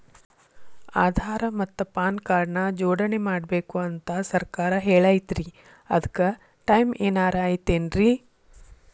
ಆಧಾರ ಮತ್ತ PAN card ನ ಜೋಡಣೆ ಮಾಡ್ಬೇಕು ಅಂತಾ ಸರ್ಕಾರ ಹೇಳೈತ್ರಿ ಅದ್ಕ ಟೈಮ್ ಏನಾರ ಐತೇನ್ರೇ?